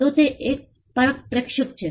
તો લોકોએ આ કેટલીક તથ્યો શેર કરી છે